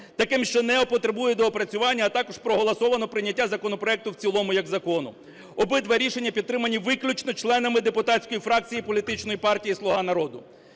таким, що не потребує доопрацювання, а також проголосовано прийняття законопроекту в цілому як закону. Обидва рішення підтримані виключно членами депутатської фракції політичної партії "Слуга народу".